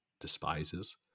despises